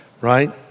right